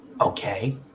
Okay